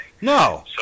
No